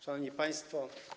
Szanowni Państwo!